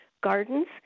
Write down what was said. gardens